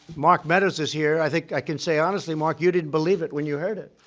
mark meadows is here. i think i can say honestly, mark, you didn't believe it when you heard it.